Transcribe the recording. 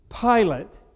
Pilate